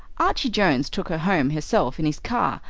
archie jones took her home herself in his car,